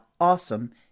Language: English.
awesome